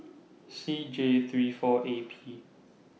C J three four A P